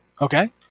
Okay